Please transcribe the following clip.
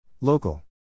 Local